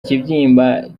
ikibyimba